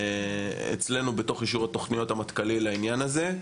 אצלנו בתוך אישור התוכניות המטכ"לי לעניין הזה.